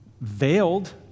veiled